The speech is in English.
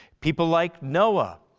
people like noah,